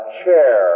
chair